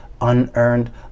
unearned